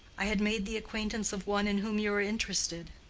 i had made the acquaintance of one in whom you are interested.